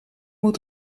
moet